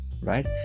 right